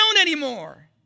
anymore